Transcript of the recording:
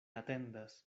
atendas